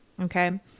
okay